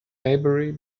maybury